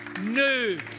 new